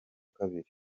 kabiri